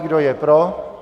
Kdo je pro?